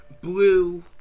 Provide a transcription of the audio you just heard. blue